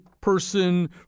person